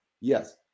Yes